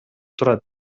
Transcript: турат